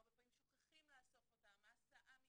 הרבה פעמים שוכחים לאסוף אותם, ההסעה מתעכבת,